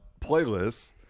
playlists